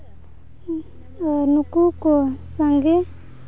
ᱱᱩᱠᱩ ᱠᱚ ᱥᱟᱸᱜᱮ